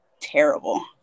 terrible